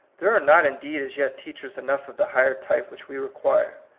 there are not indeed as yet teachers enough of the higher type which we require.